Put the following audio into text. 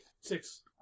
Six